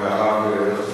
אבל הוא גם רב.